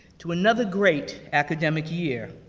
to another great academic year.